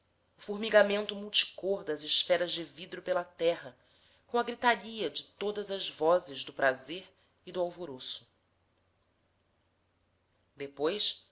formigamento multicor das esferas de vidro pela terra com a gritaria de todas as vozes do prazer e do alvoroço depois